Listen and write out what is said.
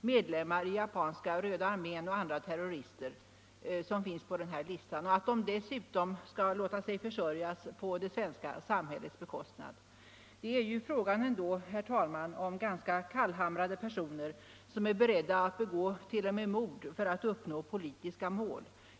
medlemmar av Japanska röda armén och andra terrorister som finns på terroristlistan och som dessutom låter sig försörjas av det svenska samhället. Det är ju ändå fråga om ganska kallhamrade personer som är beredda att begå t.o.m. mord för att uppnå politiska mål.